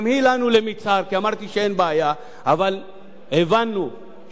אבל הבנו שיש צורך להרגיע את הציבור ואת